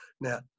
Now